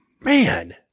man